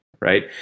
Right